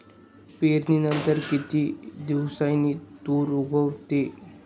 पेरणीनंतर किती दिवसांनी तूर उगवतो?